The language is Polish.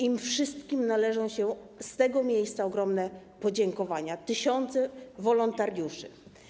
Im wszystkim należą się z tego miejsca ogromne podziękowania, to tysiące wolontariuszy.